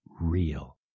real